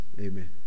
Amen